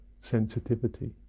sensitivity